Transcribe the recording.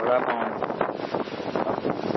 वड़ा पाव क्या बोलना था